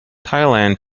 thailand